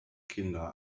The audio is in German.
kinder